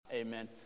Amen